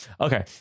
Okay